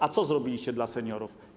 A co zrobiliście dla seniorów?